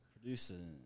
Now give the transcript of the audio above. Producing